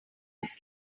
that